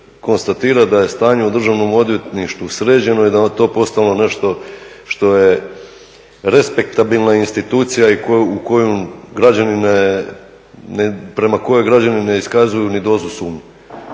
konstatirat da je stanje u Državnom odvjetništvu sređeno i da je to postalo nešto što je respektabilna institucija prema kojoj građani ne iskazuju ni dozu sumnje.